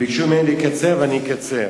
ביקשו ממני לקצר, ואני אקצר.